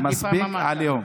מספיק עם העליהום.